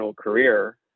career